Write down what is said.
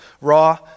Raw